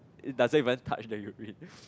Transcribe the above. does it even touch the urine